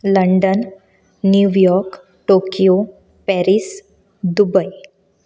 London New York Tokyo Paris Dubai